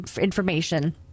information